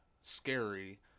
scary